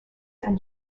and